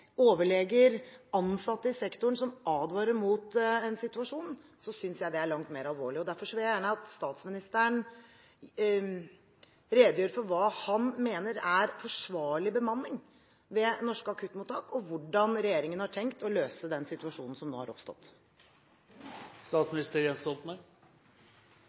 overleger og ansatte i sektoren som advarer mot en situasjon, synes jeg det er langt mer alvorlig. Derfor vil jeg gjerne at statsministeren redegjør for hva han mener er forsvarlig bemanning ved norske akuttmottak, og hvordan regjeringen har tenkt å løse den situasjonen som nå har